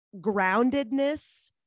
groundedness